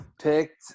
picked